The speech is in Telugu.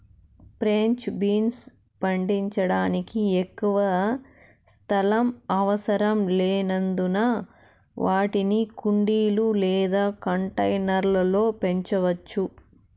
ఫ్రెంచ్ బీన్స్ పండించడానికి ఎక్కువ స్థలం అవసరం లేనందున వాటిని కుండీలు లేదా కంటైనర్ల లో పెంచవచ్చు